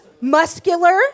muscular